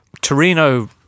Torino